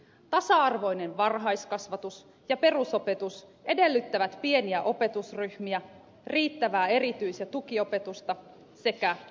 tasa arvoinen varhaiskasvatus ja perusopetus edellyttävät pieniä opetusryhmiä riittävää erityis ja tukiopetusta sekä oppilashuoltoa